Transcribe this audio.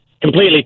Completely